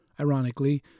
Ironically